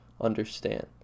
understand